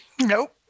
Nope